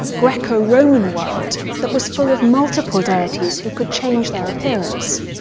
greco-roman world that was full of multiple deities who could change their appearance.